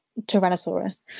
Tyrannosaurus